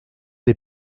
des